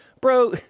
bro